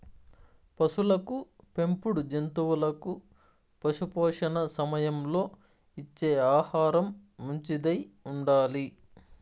పసులకు పెంపుడు జంతువులకు పశుపోషణ సమయంలో ఇచ్చే ఆహారం మంచిదై ఉండాలి